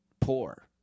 poor